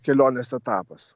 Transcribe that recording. kelionės etapas